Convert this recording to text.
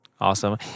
Awesome